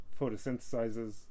photosynthesizes